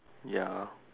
ya